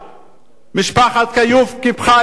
משפחת כיוף קיפחה את חייה,